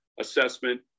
assessment